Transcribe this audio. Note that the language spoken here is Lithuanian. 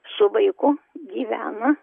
su vaiku gyvena